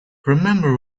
remember